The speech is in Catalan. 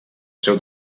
seu